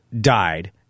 died